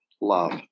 love